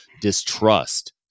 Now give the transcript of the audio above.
distrust